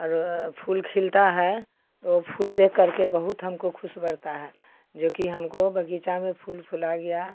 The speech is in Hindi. अर फूल खिलता है तो फूल देख कर के बहुत हमको खुश बढ़ता है जो कि हमको बगीचा में फूल फुला गया